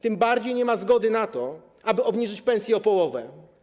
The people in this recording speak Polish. Tym bardziej nie ma zgody na to, aby obniżyć pensje o połowę.